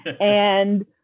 And-